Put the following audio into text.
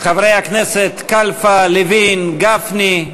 חברי הכנסת כלפה, לוין, גפני.